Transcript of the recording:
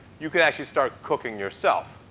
you can actually start cooking yourself.